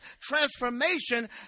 transformation